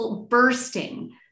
Bursting